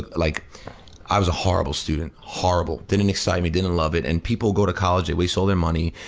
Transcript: like i was a horrible student. horrible. didn't excite me, didn't love it. and people go to college, they waste all their money.